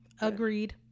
Agreed